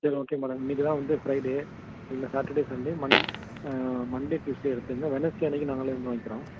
சரி ஓகேங்க மேடம் இன்றைக்கு தான் வந்து ஃப்ரைடே சரிங்களா Saturday Sunday mon Monday Tuesday எடுத்துக்கங்க வெனஸ்டே அன்றைக்கு நாங்களே வந்து வாங்குகிறோம்